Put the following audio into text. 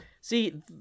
see